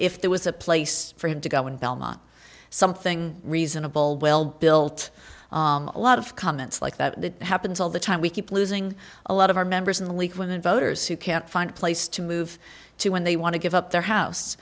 if there was a place for him to go and belmont something reasonable well built a lot of comments like that it happens all the time we keep losing a lot of our members in the league of women voters who can't find a place to move to when they want to give up their house